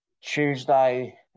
Tuesday